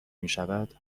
میشود